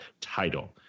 title